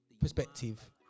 perspective